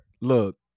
look